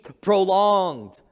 prolonged